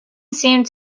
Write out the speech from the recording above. seemed